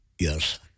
Yes